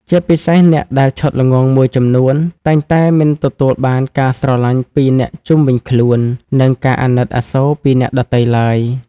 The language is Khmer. ជាពិសេសអ្នកដែលឆោតល្ងង់មួយចំនួន តែងតែមិនទទួលបានការស្រឡាញ់ពីអ្នកជុំវិញខ្លួន និងការអាណិតអាសូរពីអ្នកដទៃទ្បើយ។